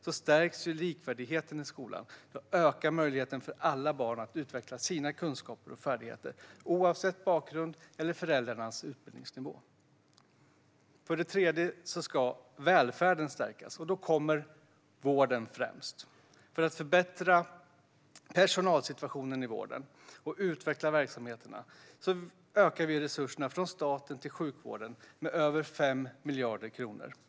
Då stärks likvärdigheten i skolan, och då ökar möjligheten för alla barn att utveckla sina kunskaper och färdigheter oavsett bakgrund eller föräldrarnas utbildningsnivå. För det tredje ska välfärden stärkas. Då kommer vården främst. För att förbättra personalsituationen i vården och utveckla verksamheterna ökar vi resurserna från staten till sjukvården med över 5 miljarder kronor.